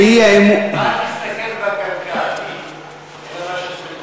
אל תסתכל בקנקן אלא במה שיש בתוכו.